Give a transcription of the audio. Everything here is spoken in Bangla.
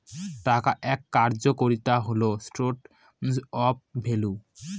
টাকার এক কার্যকারিতা হল স্টোর অফ ভ্যালু